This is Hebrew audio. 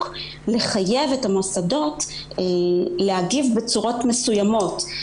לחייב את המוסדות להגיב בצורה מסוימת,